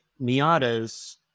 Miatas